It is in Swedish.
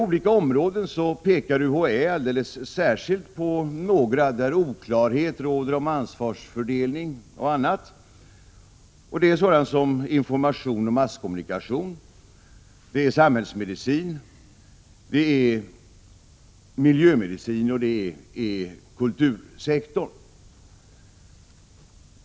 UHÄ pekar alldeles särskilt på några områden där oklarhet råder om ansvarsfördelning och annat. Det är sådant som information och masskommunikation, samhällsmedicin, miljömedicin och kultursektorn.